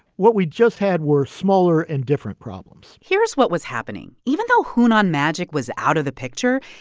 what we just had were smaller and different problems here's what was happening. even though hunan magic was out of the picture,